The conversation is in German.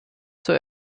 zur